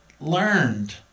learned